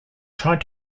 tried